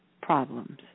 problems